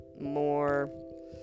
more